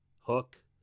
Hook